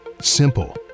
simple